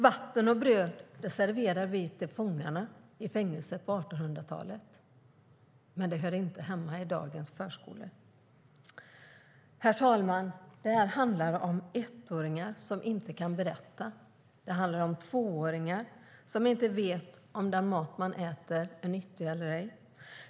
Vatten och bröd serverade vi till fångarna i fängelserna på 1800-talet, men det hör inte hemma i dagens förskolor. Herr talman! Det här handlar om ettåringar som inte kan berätta. Det handlar om tvååringar som inte vet om den mat de äter är nyttig eller ej.